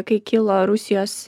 kai kilo rusijos